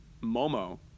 Momo